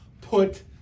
put